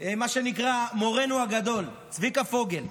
מורנו הגדול צביקה פוגל,